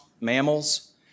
mammals